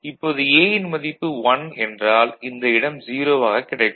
இப்போது A ன் மதிப்பு 1 என்றால் இந்த இடம் 0 ஆகக் கிடைக்கும்